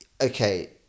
Okay